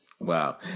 Wow